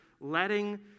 letting